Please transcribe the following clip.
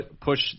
push